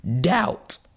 doubt